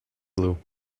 blew